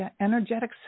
energetic